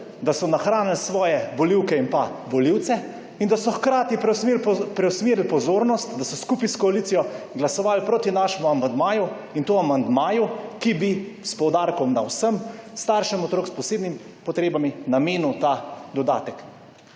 da so nahranili svoje volivke in volivce in da so hkrati preusmerili pozornost, da so skupaj s koalicijo glasoval proti našemu amandmaju in to amandmaju, ki bi s poudarkom na vsem, staršem otrok s posebnimi potrebami, namenil ta dodatek.